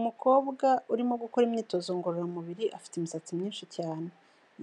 Umukobwa urimo gukora imyitozo ngororamubiri afite imisatsi myinshi cyane,